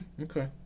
Okay